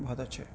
بہت اچھے